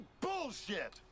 bullshit